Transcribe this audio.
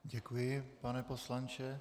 Děkuji, pane poslanče.